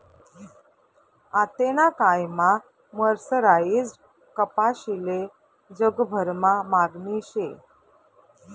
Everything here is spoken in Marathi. आतेना कायमा मर्सराईज्ड कपाशीले जगभरमा मागणी शे